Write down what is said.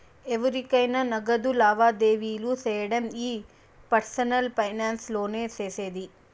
ఎవురికైనా నగదు లావాదేవీలు సేయడం ఈ పర్సనల్ ఫైనాన్స్ లోనే సేసేది